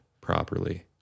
properly